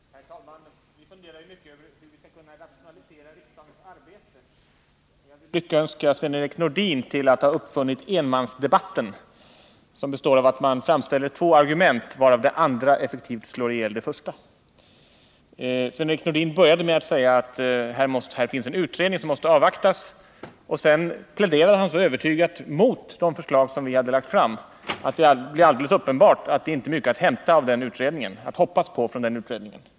Herr talman! Vi har funderat mycket över hur vi skall kunna rationalisera riksdagens arbete. Jag vill lyckönska Sven-Erik Nordin till att ha uppfunnit enmansdebatten, som består av att en enda talare framställer två argument, av vilka det andra effektivt slår ihjäl det första. Sven-Erik Nordin inledde med att säga att det på detta område finns en utredning som måste avvaktas. Sedan pläderade han så övertygande mot de förslag som vi har lagt fram att det blev alldeles uppenbart att det inte är mycket att hoppas på från den utredningen.